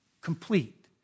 complete